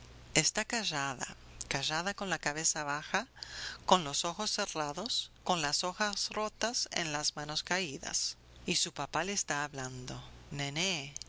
está callada callada con la cabeza baja con los ojos cerrados con las hojas rotas en las manos caídas y su papá le está hablando nené